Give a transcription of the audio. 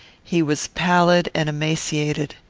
he was pallid and emaciated.